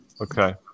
Okay